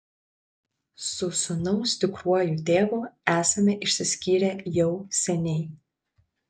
su sūnaus tikruoju tėvu esame išsiskyrę jau seniai